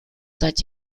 seit